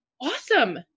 awesome